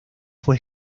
fue